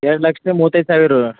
ಎರಡು ಲಕ್ಷ್ಕೆ ಮೂವತ್ತೈದು ಸಾವಿರ